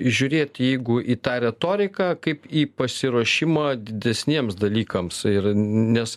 žiūrėt jeigu į tą retoriką kaip į pasiruošimą didesniems dalykams ir nes